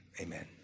amen